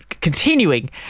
continuing